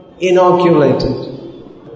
inoculated